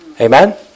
Amen